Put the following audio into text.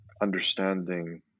understanding